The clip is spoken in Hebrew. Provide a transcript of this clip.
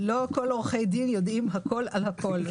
לא כל עורכי הדין יודעים הכול על הכול.